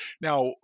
Now